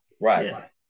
Right